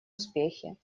успехи